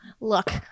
look